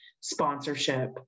Sponsorship